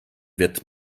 wird